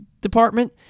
department